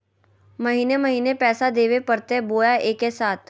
महीने महीने पैसा देवे परते बोया एके साथ?